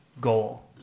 goal